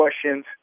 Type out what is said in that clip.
questions